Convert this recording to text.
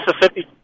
Mississippi